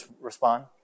respond